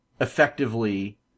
effectively